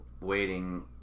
waiting